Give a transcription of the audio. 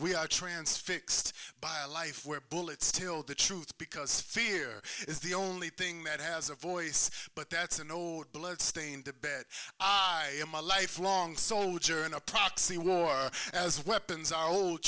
we are transfixed by a life where bullets till the truth because fear is the only thing that has a voice but that's a no blood stain in the bed i am a lifelong soldier in a proxy war as weapons are old